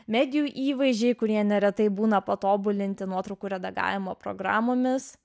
medijų įvaizdžiai kurie neretai būna patobulinti nuotraukų redagavimo programomis